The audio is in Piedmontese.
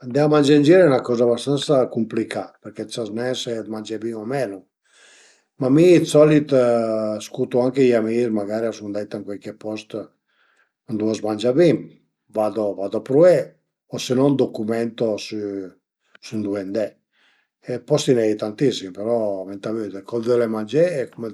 Alura mi fazu part dë 'na dë 'na asuciasiun ch'al e l'AIB e praticament a sun incendio incendio boschivo e niente fazu fazu sto tipo dë volontariato perché a m'pias e pöi al e 'na coza impurtanta, ën po për gli incendi ënt i bosch o se no për la viabilità ën le feste, le fère, cule